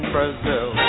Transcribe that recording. Brazil